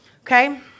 Okay